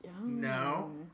No